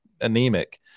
anemic